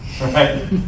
Right